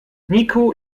niko